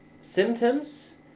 symptoms